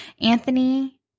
Anthony